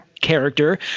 character